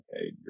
Okay